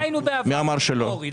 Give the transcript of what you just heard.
את זה ראינו בעבר שזה לא הוריד.